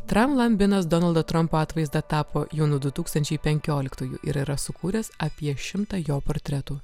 tram lambinas donaldo trampo atvaizdą tapo jau nuo du tūkstančiai penkioliktųjų ir yra sukūręs apie šimtą jo portretų